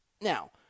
Now